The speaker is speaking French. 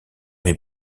mes